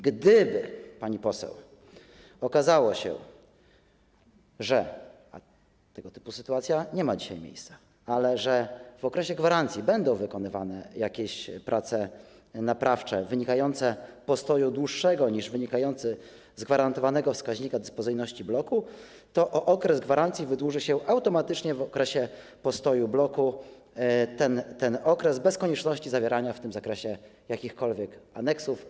Gdyby okazało się, pani poseł, że tego typu sytuacja nie będzie miała dzisiaj miejsca, że w okresie gwarancji będą wykonywane jakieś prace naprawcze wynikające z postoju dłuższego niż wynikający z gwarantowanego wskaźnika dyspozycyjności bloku, to okres gwarancji wydłuży się automatycznie o okres postoju bloku bez konieczności zawierania w tym zakresie jakichkolwiek aneksów.